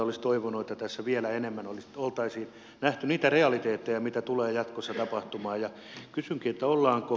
olisi toivonut että tässä vielä enemmän oltaisiin nähty niitä realiteetteja mitä tulee jatkossa tapahtumaan ja kysynkin